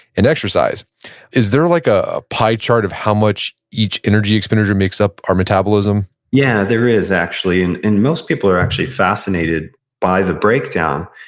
and exercise is there like a pie chart of how much each energy expenditure makes up our metabolism? yeah, there is actually, and most people are actually fascinated by the breakdown.